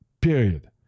period